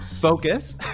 focus